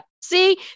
see